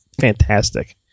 fantastic